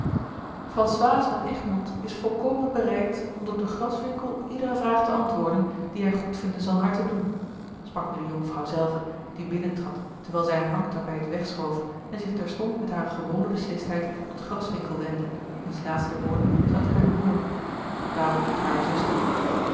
françoise van egmond is volkomen bereid om dokter gras winckel op iedere vraag te antwoorden die hij goedvinden zal haar te doen sprak nu de jonkvrouw zelve die binnentrad terwijl zij een hangtapijt wegschoof en zich terstond met hare gewone beslistheid tot graswinckel wendde wiens laatste woorden zij had kunnen hooren daarop tot hare zuster